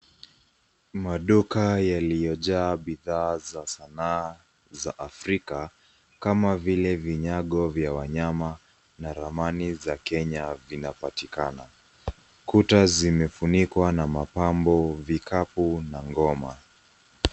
Maduka yaliyojaa bidhaa za sanaa za afrika kama vile vinyago vya wanyama na ramani za kenya zinapatikana. Kuta zimefunikwa na mapambo, vikapu na ngoma.